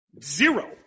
Zero